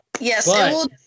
Yes